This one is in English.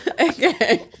okay